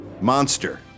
Monster